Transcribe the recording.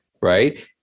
right